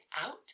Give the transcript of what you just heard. out